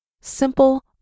simple